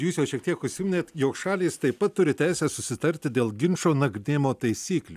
jūs jau šiek tiek užsiminėt jog šalys taip pat turi teisę susitarti dėl ginčo nagrinėjimo taisyklių